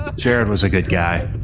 ah jared was a good guy.